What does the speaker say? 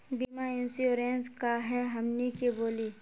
बीमा इंश्योरेंस का है हमनी के बोली?